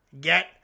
get